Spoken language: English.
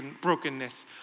brokenness